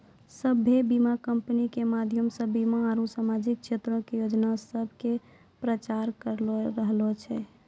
सभ्भे बीमा कंपनी के माध्यमो से बीमा आरु समाजिक क्षेत्रो के योजना सभ के प्रचार करलो जाय रहलो छै